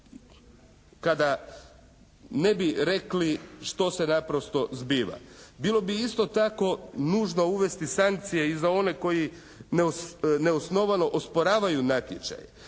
kada ne bi rekli što se naprosto zbiva. Bilo bi isto tako nužno uvesti sankcije i za one koji neosnovano osporavaju natječaj,